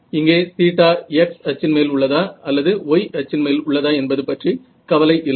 இங்கே θ x அச்சின் மேல் உள்ளதா அல்லது y அச்சின் மேல் உள்ளதா என்பது பற்றி கவலை இல்லை